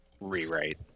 rewrite